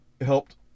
helped